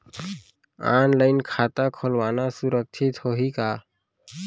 Online खाता खोलना सुरक्षित होही का?